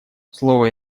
слово